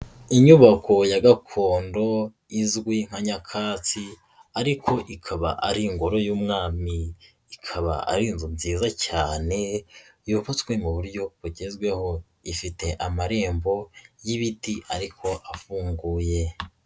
Inyubako ya gakondo izwi nka nyakatsi ariko ikaba ari ingoro y'umwami ikaba ari inzu nziza cyane yubatswe mu buryo bugezweho ifite amarembo y'ibiti ariko afunguye.